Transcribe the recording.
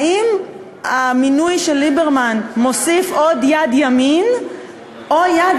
האם המינוי של ליברמן מוסיף עוד יד ימין או יד